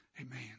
Amen